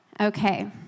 Okay